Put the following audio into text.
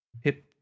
Hip